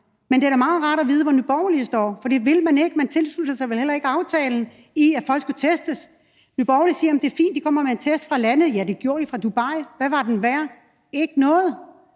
Men det er da meget rart at vide, hvor Nye Borgerlige står. For det ville man ikke. Man tilsluttede sig vel heller ikke aftalen om, at folk skulle testes. Nye Borgerlige siger, at det er fint, at de kommer med en test fra andre lande. Ja, det gjorde de fra Dubai. Hvad var den værd? Ikke noget.